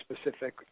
specific